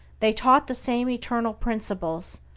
they taught the same eternal principles,